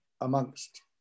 amongst